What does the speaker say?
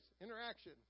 Interaction